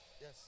Yes